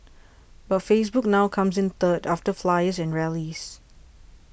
but Facebook now comes in third after flyers and rallies